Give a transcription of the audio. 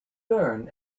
learn